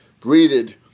breeded